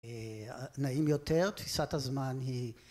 נעים יותר, תפיסת הזמן היא